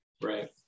right